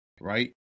right